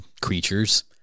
creatures